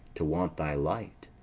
to want thy light!